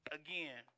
again